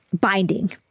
binding